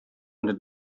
into